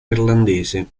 irlandese